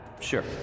Sure